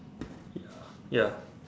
ya